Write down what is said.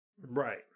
Right